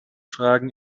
fragen